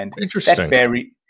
Interesting